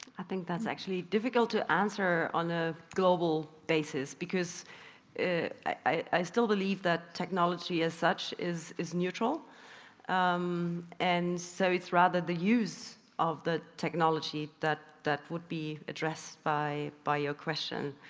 i think that's actually difficult to answer on a global basis, because i still believe that technology, as such is is neutral um and so it's rather the use of the technology that that would be addressed by by your question.